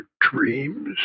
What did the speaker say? dreams